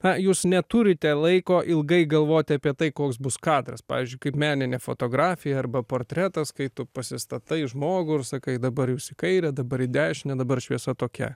na jūs neturite laiko ilgai galvoti apie tai koks bus kadras pavyzdžiui kaip meninė fotografija arba portretas kai tu pasistatai žmogų ir sakai dabar jūs į kairę dabar į dešinę dabar šviesa tokia